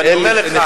ואני אומר לך,